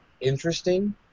interesting